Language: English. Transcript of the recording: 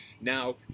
Now